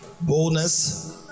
boldness